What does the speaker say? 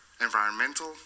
environmental